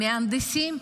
מהנדסים,